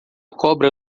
cobra